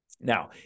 Now